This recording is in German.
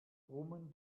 brummen